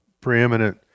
preeminent